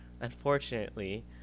Unfortunately